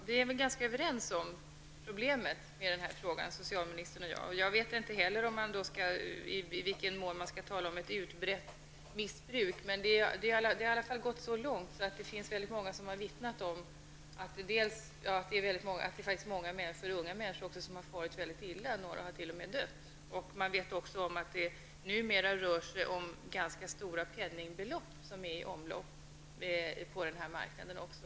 Herr talman! Socialministern och jag är ganska överens om problemet. Jag vet inte heller i vilken mån man skall tala om ett utbrett missbruk. Men det har i alla fall gått så långt att det finns väldigt många som har vittnat om att det även är många unga människor som har farit mycket illa, och några har t.o.m. dött. Man vet också om att det numera rör sig om ganska stora penningbelopp som är i omlopp på den här marknaden.